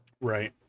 Right